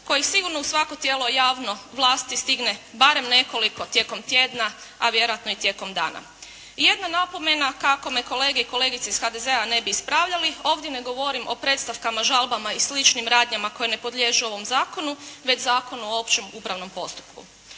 koji sigurno u svako tijelo javno vlasti stigne barem nekoliko tijekom tjedna, a vjerojatno i tijekom dana. I jedna napomena, kako me kolege i kolegice iz HDZ-a ne bi ispravljali, ovdje ne govorim o predstavkama, žalbama i sličnim radnjama koje ne podliježu ovom zakonu, već o Zakonu o općem upravnom postupku.